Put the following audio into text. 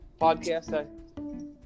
podcast